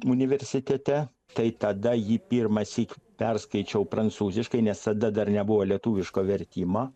universitete tai tada jį pirmąsyk perskaičiau prancūziškai nes tada dar nebuvo lietuviško vertimo